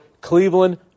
Cleveland